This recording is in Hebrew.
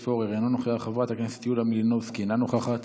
חברת הכנסת אורלי פרומן, אינה נוכחת,